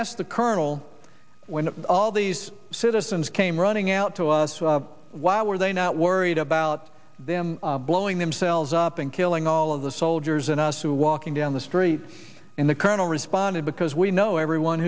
asked the colonel when all these citizens came running out to us why were they not worried about them blowing themselves up and killing all of the soldiers and us who walking down the street in the colonel responded because we know everyone